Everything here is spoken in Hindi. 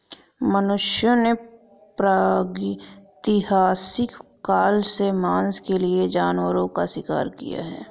मनुष्यों ने प्रागैतिहासिक काल से मांस के लिए जानवरों का शिकार किया है